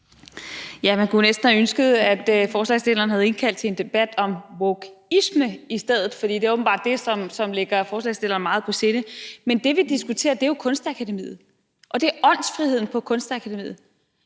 Man kunne jo næsten have ønsket, at forslagsstilleren havde indkaldt til en debat om wokeism i stedet, for det er åbenbart det, som ligger forslagsstilleren meget på sinde. Men det, vi diskuterer, er jo Kunstakademiet og åndsfriheden på Kunstakademiet.